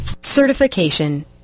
Certification